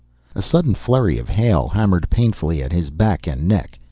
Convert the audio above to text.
a sudden flurry of hail hammered painfully at his back and neck,